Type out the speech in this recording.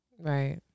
Right